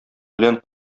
белән